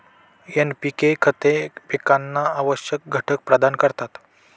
NPK खते पिकांना आवश्यक घटक प्रदान करतात